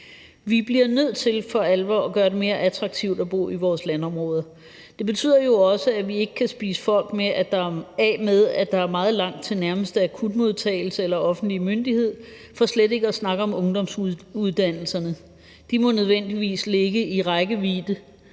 Vi bliver nødt til for alvor at gøre det mere attraktivt at bo i vores landområder. Det betyder jo også, at vi ikke kan spise folk af med, at der er meget langt til nærmeste akutmodtagelse eller offentlige myndighed, for slet ikke at snakke om ungdomsuddannelserne. De må nødvendigvis ligge inden